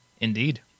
Indeed